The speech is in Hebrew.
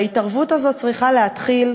וההתערבות הזאת צריכה להתחיל,